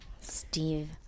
Steve